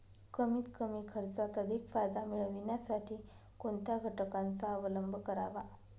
कमीत कमी खर्चात अधिक फायदा मिळविण्यासाठी कोणत्या घटकांचा अवलंब करावा?